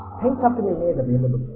things have to be made i mean